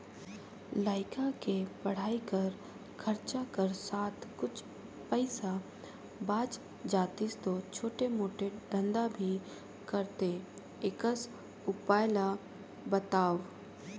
लइका के पढ़ाई कर खरचा कर साथ कुछ पईसा बाच जातिस तो छोटे मोटे धंधा भी करते एकस उपाय ला बताव?